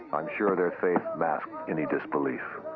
i'm sure their faith masked any disbelief.